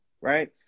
right